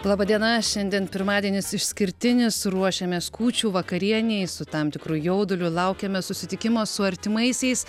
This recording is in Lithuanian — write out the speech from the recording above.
laba diena šiandien pirmadienis išskirtinis ruošiamės kūčių vakarienei su tam tikru jauduliu laukiame susitikimo su artimaisiais